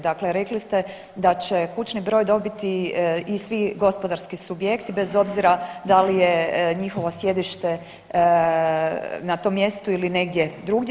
Dakle, rekli ste da će kućni broj dobiti i svi gospodarski subjekti bez obzira da li je njihovo sjedište na tom mjestu ili negdje drugdje.